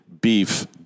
beef